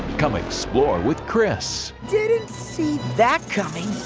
come explore with chris. didn't see that coming.